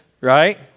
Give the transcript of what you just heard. right